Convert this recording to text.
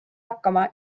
hakkama